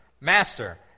Master